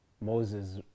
Moses